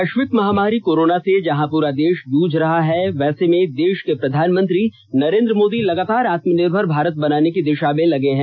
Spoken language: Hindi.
वैष्विक महामारी कोरोना से जहां पूरा देष जूझ रहा है वैसे में देष के प्रधानमंत्री नरेंद्र मोदी लगातार आत्मनिर्भर भारत बनाने की दिषा में लगे हैं